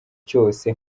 cyose